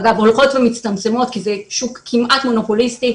שאגב הולכות ומצטמצמות כי זה שוק כמעט מונופוליסטי,